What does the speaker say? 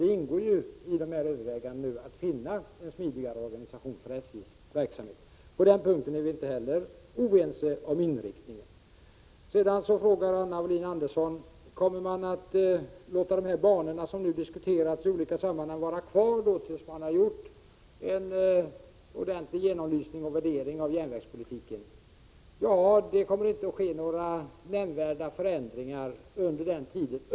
Det ingår alltså i övervägandena att finna en smidigare organisation för SJ:s verksamhet. På den punkten är vi inte heller oense om inriktningen. Anna Wohlin-Andersson frågar: Kommer de banor som nu diskuteras i olika sammanhang att få vara kvar till dess en ordentlig genomlysning och värdering av järnvägspolitiken har gjorts? Jag kan svara att det inte kommer att ske några nämnvärda förändringar under den tiden.